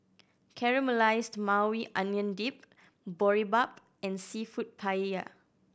Caramelized Maui Onion Dip Boribap and Seafood Paella